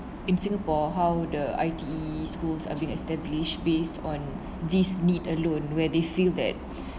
in singapore how the I_T_E schools are being established based on these need alone where they feel that